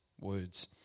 words